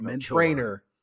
trainer